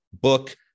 book